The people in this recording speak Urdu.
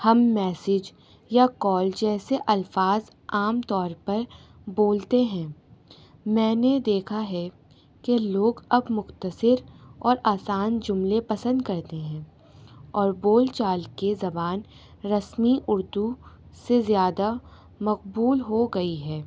ہم میسج یا کال جیسے الفاظ عام طور پر بولتے ہیں میں نے دیکھا ہے کہ لوگ اب مختصر اور آسان جملے پسند کرتے ہیں اور بول چال کی زبان رسمی اردو سے زیادہ مقبول ہو گئی ہے